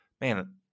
Man